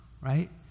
right